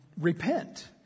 repent